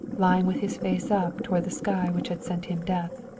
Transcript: lying with his face up toward the sky which had sent him death.